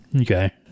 Okay